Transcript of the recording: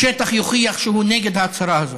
בשטח יוכיח שהוא נגד ההצהרה הזאת.